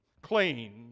clean